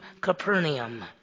Capernaum